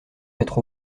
mettre